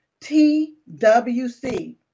TWC